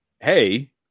hey